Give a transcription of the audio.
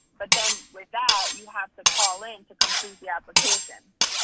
but then with that, you have to call in to complete the application.